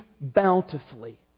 bountifully